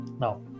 Now